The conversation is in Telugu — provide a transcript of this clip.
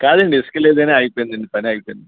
కాదండి ఇసుక లేదని ఆగిపోయిందండి పని ఆగిపోయింది